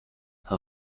her